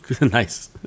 Nice